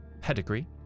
pedigree